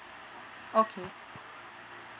okay